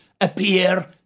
appear